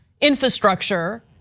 infrastructure